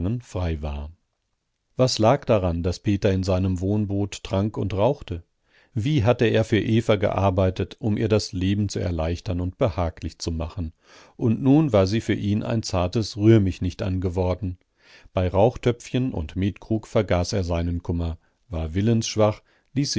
frei war was lag daran daß peter in seinem wohnboot trank und rauchte wie hatte er für eva gearbeitet um ihr das leben zu erleichtern und behaglich zu machen und nun war sie für ihn ein zartes rühr mich nicht an geworden bei rauchtöpfchen und metkrug vergaß er seinen kummer war willensschwach